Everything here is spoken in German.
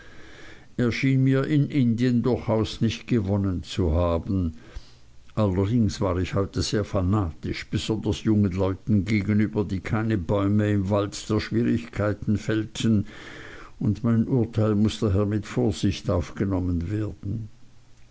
schien mir in indien durchaus nicht gewonnen zu haben allerdings war ich heute sehr fanatisch besonders jungen leuten gegenüber die keine bäume im walde der schwierigkeiten fällten und mein urteil muß daher mit vorsicht aufgenommen werden